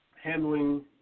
handling